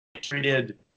treated